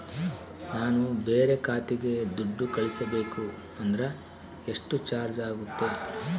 ನಾನು ಬೇರೆ ಖಾತೆಗೆ ದುಡ್ಡು ಕಳಿಸಬೇಕು ಅಂದ್ರ ಎಷ್ಟು ಚಾರ್ಜ್ ಆಗುತ್ತೆ?